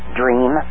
dream